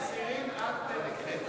מסירים עד פרק ח'.